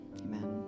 amen